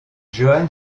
johann